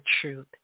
truth